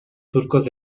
surcos